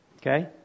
Okay